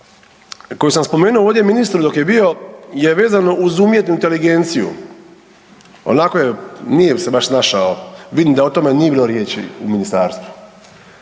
koju sam spomenuo ovdje ministru dok je bio je vezano uz umjetnu inteligenciju. Onako, nije se baš snašao, vidim da o tome nije bilo riječi u ministarstvu.